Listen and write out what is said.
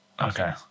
Okay